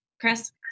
Chris